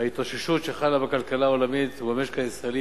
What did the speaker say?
ההתאוששות שחלה בכלכלה העולמית ובמשק הישראלי